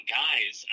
guys